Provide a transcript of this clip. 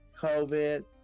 covid